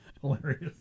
Hilarious